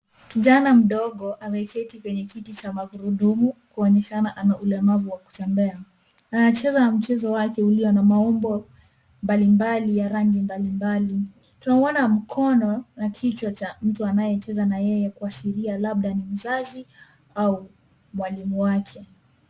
Kijana na mdogo anaiketi kwenye kiti cha magurudumu kuonyeshana ana ulemavu wa kutembea. Anacheza na mchezo wake ulio na maumbo mbalimbali ya rangi mbalimbali. Tunauona mkono na kichwa cha mtu anayecheza na yeye kuashiria labda ni mzazi au mwalimu wake.